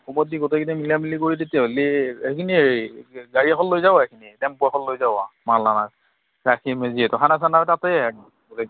খবৰ দি গোটেইকেইটা মিলা মিলি কৰি তেতিয়াহ'লে সেইখিনি গাড়ী এখন লৈ যাব পাৰি টেম্প' এখন লৈ যোৱা মাল অনাৰ খানা চানাও তাতে